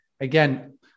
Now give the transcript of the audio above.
again